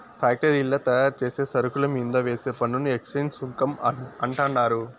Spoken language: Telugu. ఫ్యాక్టరీల్ల తయారుచేసే సరుకుల మీంద వేసే పన్నుని ఎక్చేంజ్ సుంకం అంటండారు